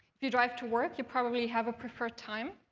if you drive to work, you probably have a preferred time.